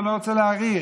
ואני לא רוצה להאריך.